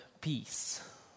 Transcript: peace